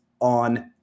on